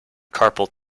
carpal